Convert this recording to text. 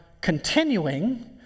continuing